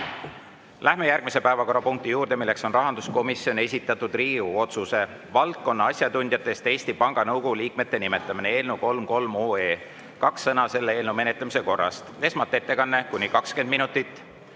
Läheme järgmise päevakorrapunkti juurde, milleks on rahanduskomisjoni esitatud Riigikogu otsuse "Valdkonna asjatundjatest Eesti Panga Nõukogu liikmete nimetamine" eelnõu 333. Kaks sõna selle eelnõu menetlemise korrast. Esmalt on ettekanne kuni 20 minutit,